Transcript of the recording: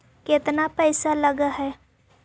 केतना पैसा लगय है?